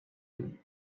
you